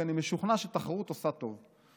כי אני משוכנע שתחרות עושה טוב.